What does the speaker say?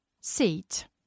seat